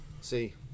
See